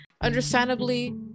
Understandably